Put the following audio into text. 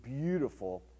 beautiful